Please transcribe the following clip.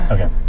Okay